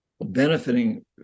benefiting